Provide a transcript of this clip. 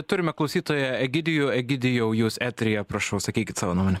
turime klausytoją egidijų egidijau jūs eteryje prašau sakykit savo nuomonę